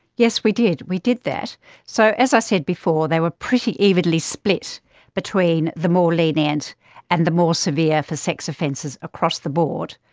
yes, we did we did that. so, as i said before, they were pretty evenly split between the more lenient and the more severe for sex offences across the board,